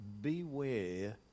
beware